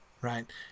right